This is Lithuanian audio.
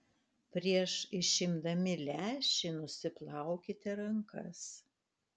prieš išimdami lęšį nusiplaukite rankas